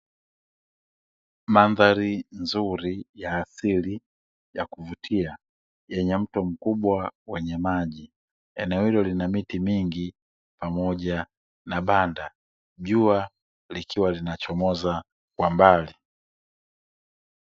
Mandhari nzuri ya asili ya kuvutia yenye mto mkubwa wenye maji. Eneo hilo lina miti mingi pamoja na banda. Jua likiwa linachomoza kwa mbali.